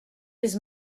his